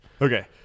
Okay